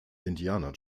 indianer